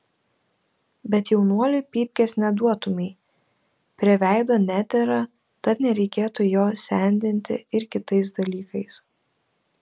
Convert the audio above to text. bet jaunuoliui pypkės neduotumei prie veido nedera tad nereikėtų jo sendinti ir kitais dalykais